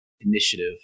initiative